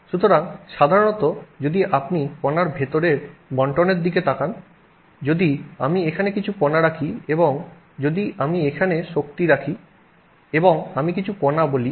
সুতরাং সাধারণত যদি আপনি কণার বিতরনের দিকে তাকান যদি আমি এখানে কিছু কণা রাখি এবং যদি আমি এখানে শক্তি রাখি এবং আমি কিছু কণা বলি